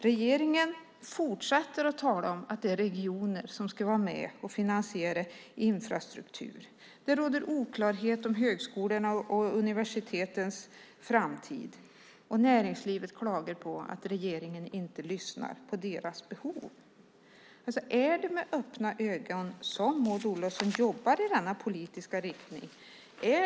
Regeringen fortsätter att tala om att det är regioner som ska vara med och finansiera infrastrukturen. Det råder oklarhet om högskolornas och universitetens framtid. Näringslivet klagar på att regeringen inte lyssnar på deras behov. Är det med öppna ögon som Maud Olofsson jobbar i denna politiska riktning?